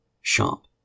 sharp